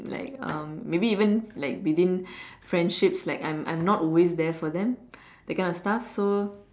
like um maybe even like within friendships like I'm I'm not always there for them that kind of stuff so